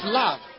love